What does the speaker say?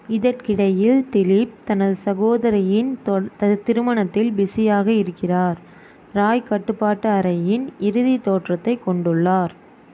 இதற்கிடையில் திலீப் தனது சகோதரியின் திருமணத்தில் பிஸியாக இருக்கிறார் ராய் கட்டுப்பாட்டு அறையின் இறுதி தோற்றத்தைக் கொண்டுள்ளார்